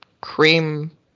cream